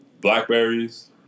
blackberries